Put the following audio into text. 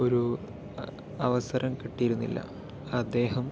ഒരു അവസരം കിട്ടിയിരുന്നില്ല അദ്ദേഹം